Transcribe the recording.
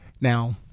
Now